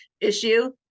issue